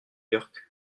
york